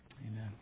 Amen